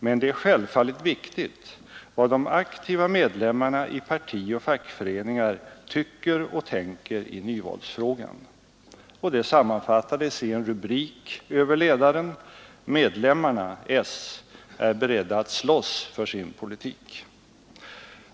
Men det är självfallet viktigt vad de aktiva medlemmarna i partioch fackföreningar tycker och tänker i nyvalsfrågan.” Det sammanfattades i en rubrik över ledaren: ”Medlemmarna är beredda att slåss för sin politik”.